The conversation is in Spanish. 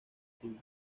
suyos